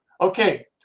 okay